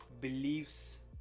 beliefs